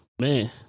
man